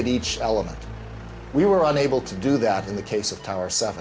at each element we were unable to do that in the case of tower